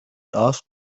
asked